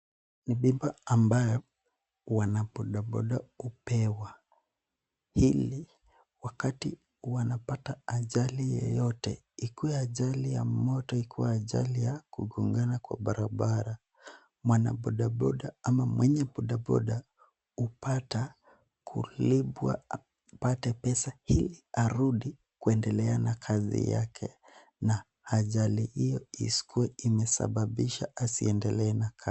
Huduma ambayo wanabodaboda hupewa ili wakati wapopata ajali yoyote ikuwe ajali ya moto, ikue ajali ya kugongana kwa barabara. Mwanabodaboda ama mwenye bodaboda hupata kulipwa apate pesa ili arudi kuendelea na kazi yake. Na ajali hii isikuwe imesababisha asiendelee na kazi.